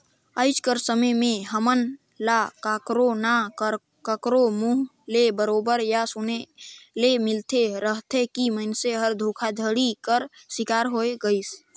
आएज कर समे में हमन ल काकरो ना काकरो मुंह ले बरोबेर ए सुने ले मिलते रहथे कि मइनसे हर धोखाघड़ी कर सिकार होए गइस